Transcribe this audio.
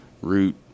root